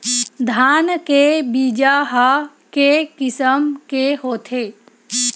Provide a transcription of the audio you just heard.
धान के बीजा ह के किसम के होथे?